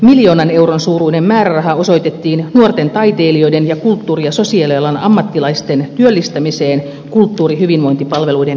miljoonan euron suuruinen määräraha osoitettiin nuorten taiteilijoiden ja kulttuuri ja sosiaalialan ammattilaisten työllistämiseen kulttuurihyvinvointipalveluiden kehittämiseksi